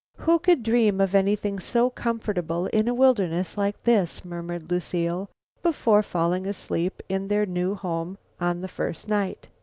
who could dream of anything so comfortable in a wilderness like this? murmured lucile before falling asleep in their new home on the first night.